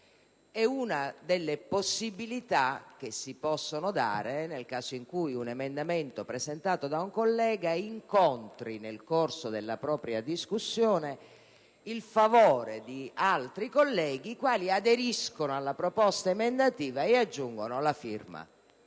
È una delle possibilità che si possono dare nel caso in cui un emendamento presentato da un collega nel corso della discussione incontri il favore di altri senatori, i quali aderiscono alla proposta emendativa e aggiungono la firma.